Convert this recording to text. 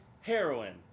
heroin